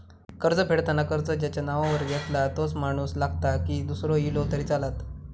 कर्ज फेडताना कर्ज ज्याच्या नावावर घेतला तोच माणूस लागता की दूसरो इलो तरी चलात?